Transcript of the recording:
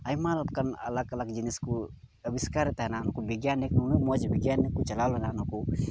ᱟᱭᱢᱟ ᱞᱮᱠᱟᱱ ᱟᱞᱟᱜᱽ ᱟᱞᱟᱜᱽ ᱡᱤᱱᱤᱥ ᱠᱚ ᱟᱹᱵᱤᱥᱠᱟᱨᱮᱫ ᱛᱟᱦᱮᱱᱟ ᱩᱱᱠᱩ ᱵᱤᱜᱽᱜᱟᱱᱤᱠ ᱱᱩᱱᱟᱹᱜ ᱢᱚᱡᱽ ᱵᱤᱜᱽᱜᱟᱱᱤᱠ ᱠᱚ ᱪᱟᱞᱟᱣ ᱞᱮᱱᱟ ᱱᱩᱠᱩ